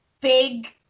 big